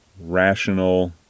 rational